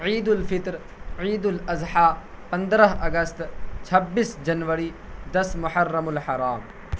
عید الفطر عید الاضحیٰ پندرہ اگست چھبیس جنوری دس محرم الحرام